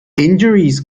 injuries